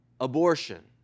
abortion